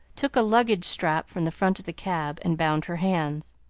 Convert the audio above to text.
took a luggage strap from the front of the cab, and bound her hands.